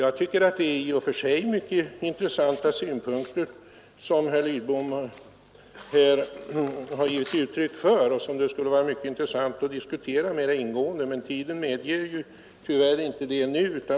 I och för sig var det mycket intressanta synpunkter som herr Lidbom gav uttryck åt, och det skulle vara mycket intressant att diskutera dem mera ingående, men tiden medger tyvärr inte detta nu.